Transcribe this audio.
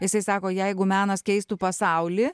jisai sako jeigu menas keistų pasaulį